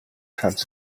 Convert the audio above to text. tribes